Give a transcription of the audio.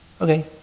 Okay